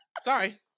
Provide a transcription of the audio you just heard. Sorry